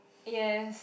yes